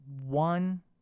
one